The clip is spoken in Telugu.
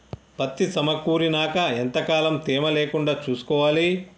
పత్తి సమకూరినాక ఎంత కాలం తేమ లేకుండా చూసుకోవాలి?